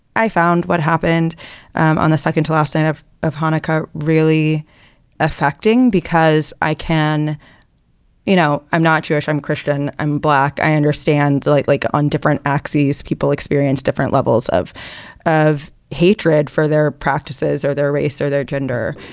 i found what happened on the second to last day and of of hanukkah really affecting because i can you know, i'm not jewish i'm christian. i'm black. i understand the light like on different axes. people experience different levels of of hatred for their practices or their race or their gender.